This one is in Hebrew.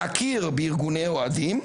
להכיר בארגוני אוהדים,